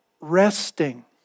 resting